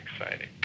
exciting